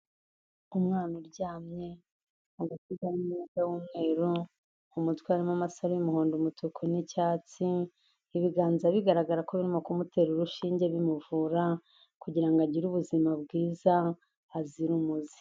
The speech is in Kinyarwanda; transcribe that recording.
Umwana uryamye ubonako yambaye umwenda w'umweru, umutwe harimo amasaro y'umuhondo, umutuku n'icyatsi, ibiganza bigaragara ko birimo kumutera urushinge bimuvura, kugira ngo agire ubuzima bwiza azire umuze.